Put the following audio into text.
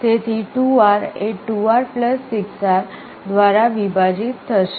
તેથી 2R એ 2R 6R દ્વારા વિભાજિત થશે